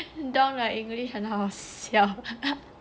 dong english 很好笑